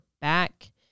back